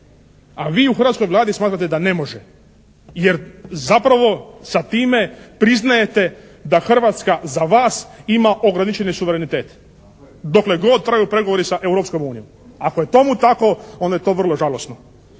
a vi u hrvatskoj Vladi smatrate da ne može. Jer zapravo sa time priznajete da Hrvatska za vas ima ograničeni suverenitet dokle god traju pregovori sa Europskom unijom. Ako je tomu tako onda je to vrlo žalosno.